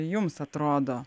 jums atrodo